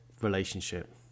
relationship